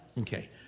Okay